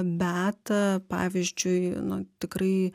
beata pavyzdžiui nu tikrai